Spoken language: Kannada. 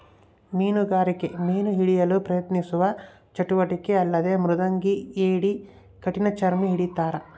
ಮೀನುಗಾರಿಕೆ ಮೀನು ಹಿಡಿಯಲು ಪ್ರಯತ್ನಿಸುವ ಚಟುವಟಿಕೆ ಅಲ್ಲದೆ ಮೃದಂಗಿ ಏಡಿ ಕಠಿಣಚರ್ಮಿ ಹಿಡಿತಾರ